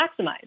maximize